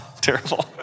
terrible